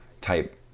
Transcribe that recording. type